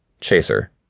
Chaser